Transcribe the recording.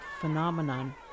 phenomenon